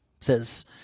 says